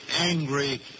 angry